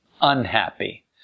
unhappy